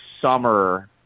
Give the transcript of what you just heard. summer